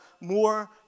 more